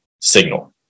signal